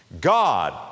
God